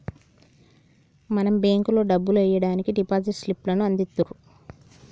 మనం బేంకులో డబ్బులు ఎయ్యడానికి డిపాజిట్ స్లిప్ లను అందిత్తుర్రు